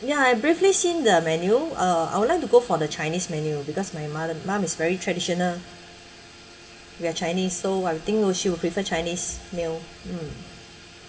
ya I briefly seen the menu uh I would like to go for the chinese menu because my mother mum is very traditional we are chinese so what I think will she will prefer chinese meal mm